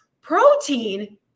Protein